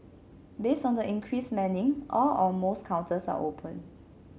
based on the increased manning all or most counters are open